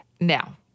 Now